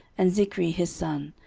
and zichri his son,